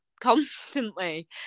constantly